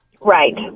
Right